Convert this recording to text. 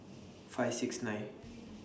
five six nine